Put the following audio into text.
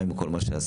מה עם כל מה שעשינו?